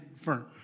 firm